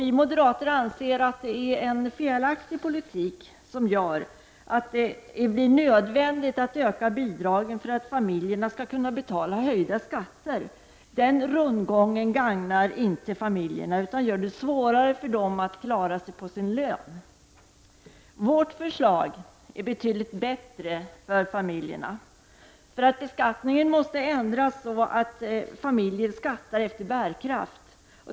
Vi moderater anser att det är en felaktig politik, som gör att det blir nödvändigt att öka bidragen för att familjerna skall kunna betala höjda skatter. Denna rundgång gagnar inte familjerna, utan gör det svårare för dem att klara sig på sin lön. Vårt förslag är betydligt bättre för familjerna. Beskattningen måste ändras så att familjer skattar efter bärkraft.